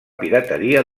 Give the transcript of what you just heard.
pirateria